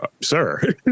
sir